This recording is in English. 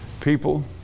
people